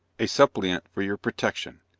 a suppliant for your protection.